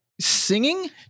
singing